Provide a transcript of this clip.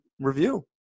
review